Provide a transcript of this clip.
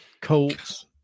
colts